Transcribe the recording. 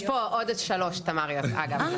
יש פה עוד שלוש תמריות, אגב.